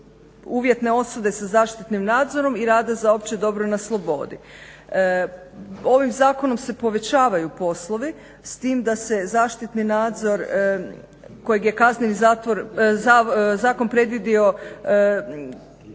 uvjetne osude sa zaštitnim nadzorom i rada za opće dobro na slobodi. Ovim zakonom se povećavaju poslovi s tim da se zaštitni nadzor kojeg je Kazneni zakon predvidio